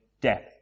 death